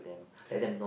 correct